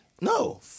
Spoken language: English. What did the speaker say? no